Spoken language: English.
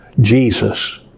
Jesus